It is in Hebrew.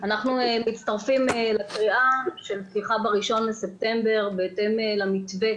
אנחנו מצטרפים לקריאה של פתיחה ב-1 בספטמבר בהתאם למתווה